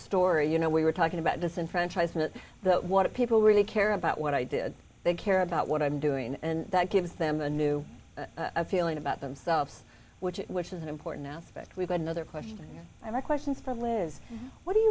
story you know we were talking about disenfranchisement that what people really care about what i did they care about what i'm doing and that gives them a new feeling about themselves which which is an important aspect we've got another question in my questions from liz what do you